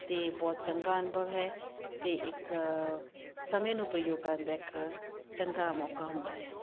ਅਤੇ ਬਹੁਤ ਚੰਗਾ ਅਨੁਭਵ ਹੈ ਅਤੇ ਇੱਕ ਸਮੇਂ ਨੂੰ ਪ੍ਰਯੋਗ ਕਰਨ ਦਾ ਇੱਕ ਚੰਗਾ ਮੌਕਾ ਹੁੰਦਾ ਹੈ